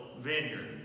vineyard